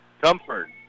Comfort